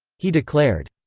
he declared.